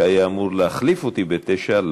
שהיה אמור להחליף אותי ב-21:00,